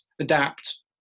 adapt